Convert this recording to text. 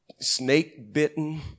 snake-bitten